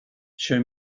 show